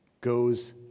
goes